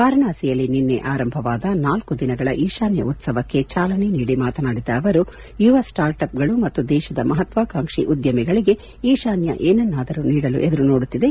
ವಾರಣಾಸಿಯಲ್ಲಿ ನಿನ್ನೆ ಆರಂಭವಾದ ನಾಲ್ಕು ದಿನಗಳ ಈಶಾನ್ಯ ಉತ್ತವಕ್ಕೆ ಚಾಲನೆ ನೀಡಿ ಮಾತನಾಡಿದ ಅವರು ಯುವ ಸ್ಟಾರ್ಟ್ ಅಪ್ ಗಳು ಮತ್ತು ದೇಶಾದ ಮಹಾತ್ವಕಾಂಕ್ಷಿ ಉದ್ಯಮಿಗಳಿಗೆ ಈಶಾನ್ಯ ಏನಾನ್ನಾದರೂ ನೀಡಲು ಎದುರುನೋಡುತ್ತಿದೆ